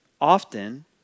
Often